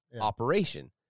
operation